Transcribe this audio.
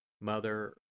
Mother